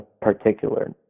particular